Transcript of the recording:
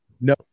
No